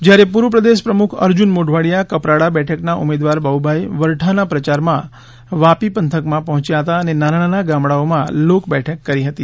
જ્યારે પૂર્વ પ્રદેશ પ્રમુખ અર્જુન મોઢવાડિયા કપરાડા બેઠકના ઉમેદવાર બાબુભાઇ વરઠાના પ્રચારમાં વાપી પંથકમાં પહોચ્યા હતા અને નાના નાના ગામડાઓ માં લોક બેઠક કરી હતી